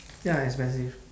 ya expensive